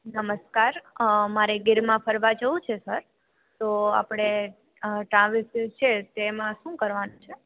નમસ્કાર મારે ગીરમાં ફરવા જવું છે સર તો આપડે ટ્રાવેલ્સ છે એટેમા શું કરવાની છે